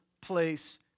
place